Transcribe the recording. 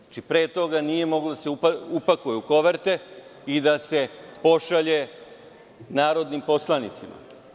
Znači, pre toga nije moglo da se upakuje u koverte i da se pošalje narodnim poslanicima.